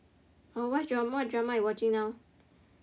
oh what drama you watching now